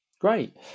Great